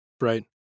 Right